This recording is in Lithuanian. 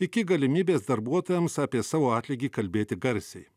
iki galimybės darbuotojams apie savo atlygį kalbėti garsiai